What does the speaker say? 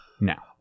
now